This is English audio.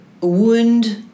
wound